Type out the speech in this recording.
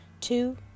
two